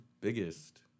biggest